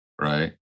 right